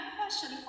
question